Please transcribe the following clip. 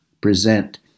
present